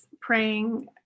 praying